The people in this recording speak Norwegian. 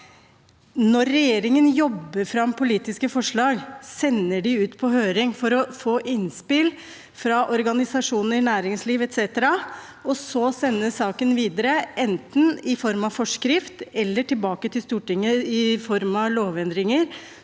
opp: Regjeringen jobber fram politiske forslag, sender dem ut på høring for å få innspill fra organisasjoner, næringsliv, etc., og sender saken videre, enten i form av forskrift eller tilbake til Stortinget i form av lovendringer.